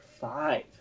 five